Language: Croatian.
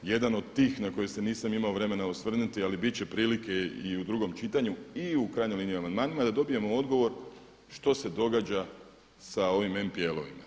Jedan od tih na koje se nisam imao vremena osvrnuti, ali biti će prilike i u drugome čitanju i u krajnjoj liniji amandmanima, da dobijemo odgovor što se događa s ovim NPL-ovima.